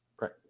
right